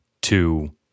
two